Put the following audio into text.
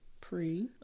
Pre